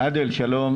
שלום.